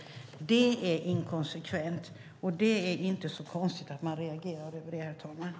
Det är inkonsekvent, och det är inte så konstigt att man reagerar över det, herr talman.